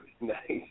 nice